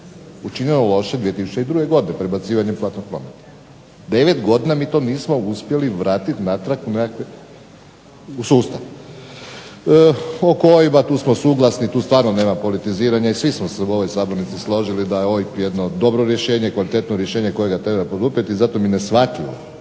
učinjeno loše 2002. godine, prebacivanje platnog prometa, 9 godina mi to nismo uspjeli vratiti natrag u nekakve, u sustav. Oko OIB-a tu smo suglasni, tu stvarno nema politiziranja i svi smo se u ovoj sabornici složili da je OIB jedno dobro rješenje, kvalitetno rješenje kojega treba poduprijeti, zato mi je neshvatljivo